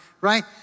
right